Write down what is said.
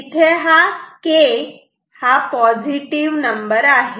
इथे हा K positive number आहे